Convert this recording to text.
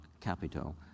capito